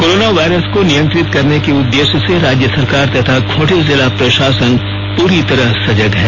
corona virus को नियंत्रित करने के उद्देश्य से राज्य सरकार तथा खूंटी जिला प्रशासन पूरी तरह सजग है